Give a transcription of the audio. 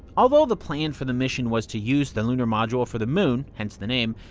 although the plan for the mission was to use the lunar module for the moon, hence the name,